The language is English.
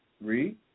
Read